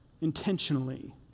Intentionally